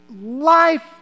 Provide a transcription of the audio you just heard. life